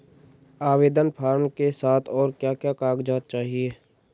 आवेदन फार्म के साथ और क्या क्या कागज़ात चाहिए?